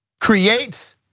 Creates